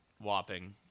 whopping